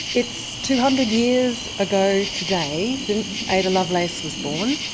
it's two hundred years ago today since ada lovelace was born,